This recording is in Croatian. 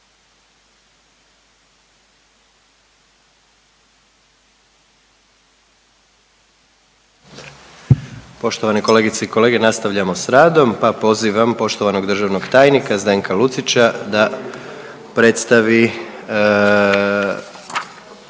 Poštovane kolegice i kolege nastavljamo da radom, pa pozivam poštovanog državnog tajnika Zdenka Lucića da predstavi